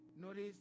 Notice